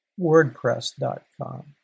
WordPress.com